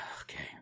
Okay